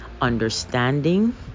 understanding